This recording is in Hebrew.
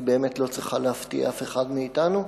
היא באמת לא צריכה להפתיע אף אחד מאתנו,